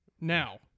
Now